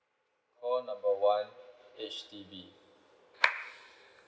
call number one H_D_B